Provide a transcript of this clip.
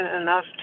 enough